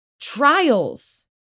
trials